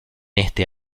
este